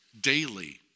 daily